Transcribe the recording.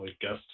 guest